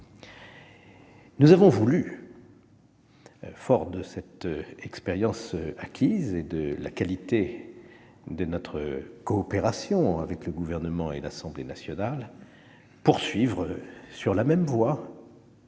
Nous avons voulu, forts de cette expérience et de la qualité de notre coopération avec le Gouvernement et l'Assemblée nationale, poursuivre sur la même voie